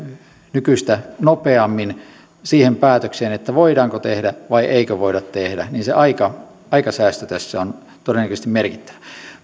nykyistä nopeammin siihen päätökseen että voidaanko tehdä vai eikö voida tehdä aikasäästö on todennäköisesti merkittävä